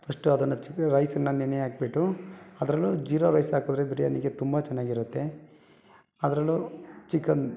first ಅದನ್ನು chicken ರೈಸನ್ನು ನೆನೆಯಾಕ್ಬಿಟ್ಟು ಅದರಲ್ಲೂ ಜೀರಾ ರೈಸ್ ಹಾಕುದ್ರೆ ಬಿರ್ಯಾನಿಗೆ ತುಂಬ ಚೆನ್ನಾಗಿರುತ್ತೆ ಅದರಲ್ಲೂ ಚಿಕನ್